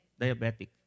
Diabetic